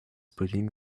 putting